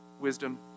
wisdom